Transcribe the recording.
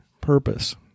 purpose